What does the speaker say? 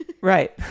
right